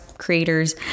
Creators